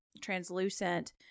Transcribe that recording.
translucent